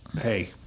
hey